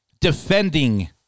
defending